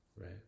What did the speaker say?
right